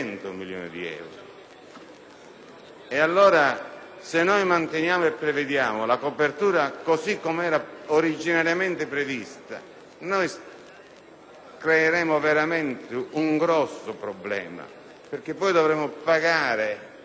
di euro. Se noi manteniamo e prevediamo la copertura così come era originariamente prevista creiamo un grosso problema, perché poi dovremo pagare gli interpreti